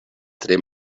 tre